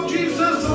Jesus